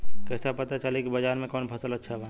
कैसे पता चली की बाजार में कवन फसल अच्छा बा?